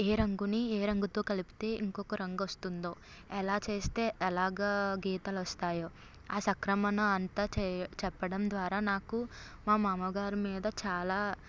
ఏ రంగును ఏ రంగుతో కలిపితే ఇంకొక రంగు వస్తుందో ఎలా చేస్తే ఎలాగ గీతలు వస్తాయో ఆ సక్రమణ అంత చెయ్ చెప్పడం ద్వారా నాకు మా మామగారు మీద చాలా